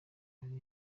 bari